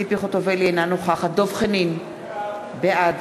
אינה נוכחת דב חנין, בעד